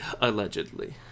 allegedly